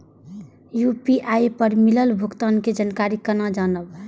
UPI पर मिलल भुगतान के जानकारी केना जानब?